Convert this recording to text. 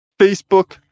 Facebook